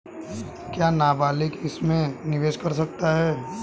क्या नाबालिग इसमें निवेश कर सकता है?